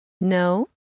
No